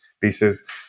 pieces